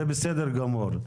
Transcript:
זה בסדר גמור,